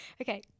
Okay